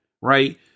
right